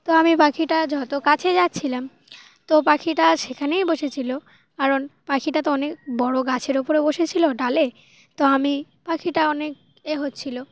তো আমি পাখিটা যত কাছে যাচ্ছিলাম তো পাখিটা সেখানেই বসেছিলো কারণ পাখিটা তো অনেক বড়ো গাছের ওপরে বসেছিল ডালে তো আমি পাখিটা অনেক এ হচ্ছিলো